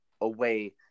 away